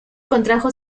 contrajo